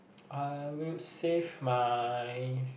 I would save my